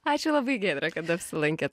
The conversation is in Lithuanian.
ačiū labai giedre kad apsilankėt